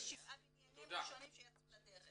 יש שבעה בניינים ראשונים שיצאו לדרך.